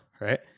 right